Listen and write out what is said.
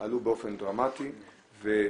עלו באופן דרמטי והנסועה,